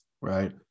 right